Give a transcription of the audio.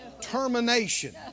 Termination